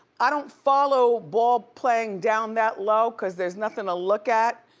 i don't follow ball playing down that low cause there's nothin to look at.